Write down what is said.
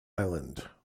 island